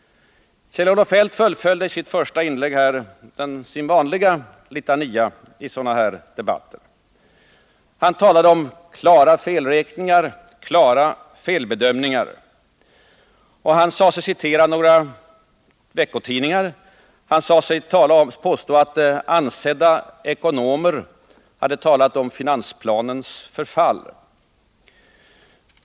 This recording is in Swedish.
Kjell-Olof Feldt fullföljde i sitt första inlägg sin vanliga litania i sådana här debatter. Han talade om klara felräkningar, klara felbedömningar. Han sade sig citera några veckotidningar, och han påstod att ansedda ekonomer hade talat om finansplanens förfall.